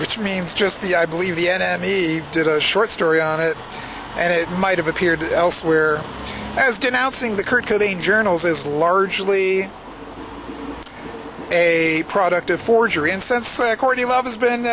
which means just the i believe the enemy did a short story on it and it might have appeared elsewhere as denouncing the kurt cobain journals is largely a product of forgery